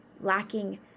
lacking